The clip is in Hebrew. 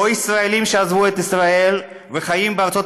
או ישראלים שעזבו את ישראל וחיים בארצות